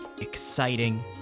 exciting